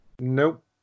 Nope